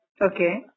Okay